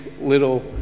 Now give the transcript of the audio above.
little